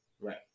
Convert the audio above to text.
Right